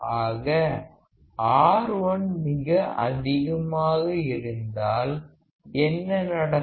ஆக R1 மிக அதிகமாக இருந்தால் என்ன நடக்கும்